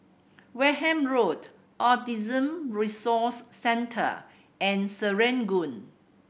Wareham Road Autism Resource Centre and Serangoon